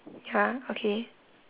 !huh! okay